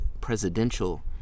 presidential